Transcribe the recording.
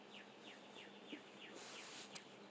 ya